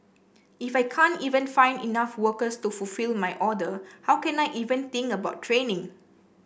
if I can't even find enough workers to fulfil my order how can I even think about training